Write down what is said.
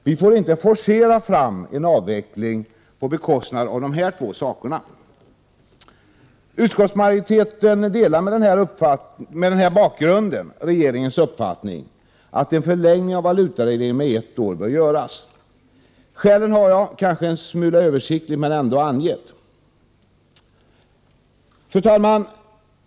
Vi får inte forcera fram en avveckling på bekostnad av dessa två saker. Utskottsmajoriteten delar med den här bakgrunden regeringens uppfattning, att en förlängning av valutaregleringen med ett år bör göras. Skälen har jag angett — låt vara kanske en smula översiktligt. Fru talman!